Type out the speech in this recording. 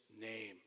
name